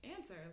answer